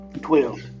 twelve